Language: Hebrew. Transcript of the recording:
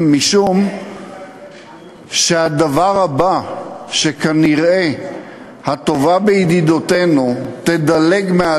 משום שהדבר הבא שכנראה הטובה שבידידינו תדלג בו